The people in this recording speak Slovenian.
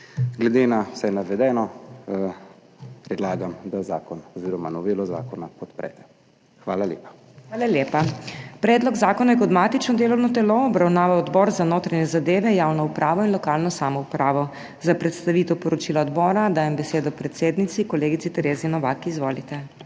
Glede na vse navedeno predlagam, da zakon oziroma novelo zakona podprete. Hvala lepa. PODPREDSEDNICA MAG. MEIRA HOT: Hvala lepa. Predlog zakona je kot matično delovno telo obravnaval Odbor za notranje zadeve, javno upravo in lokalno samoupravo. Za predstavitev poročila odbora dajem besedo predsednici, kolegici Terezi Novak. Izvolite.